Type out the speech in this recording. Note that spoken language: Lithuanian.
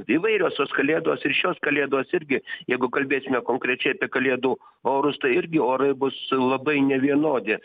įvairios tos kalėdos ir šios kalėdos irgi jeigu kalbėsime konkrečiai apie kalėdų orus tai irgi orai bus labai nevienodi